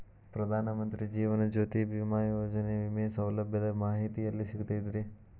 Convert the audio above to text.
ಪ್ರಧಾನ ಮಂತ್ರಿ ಜೇವನ ಜ್ಯೋತಿ ಭೇಮಾಯೋಜನೆ ವಿಮೆ ಸೌಲಭ್ಯದ ಮಾಹಿತಿ ಎಲ್ಲಿ ಸಿಗತೈತ್ರಿ?